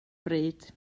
bryd